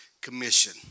commission